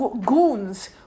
goons